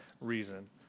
reason